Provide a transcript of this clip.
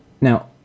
Now